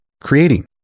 creating